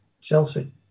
Chelsea